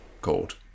called